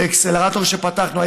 באקסלרטור שפתחנו,